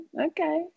Okay